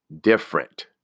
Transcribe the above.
different